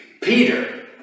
Peter